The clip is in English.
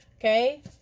Okay